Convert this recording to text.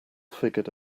figured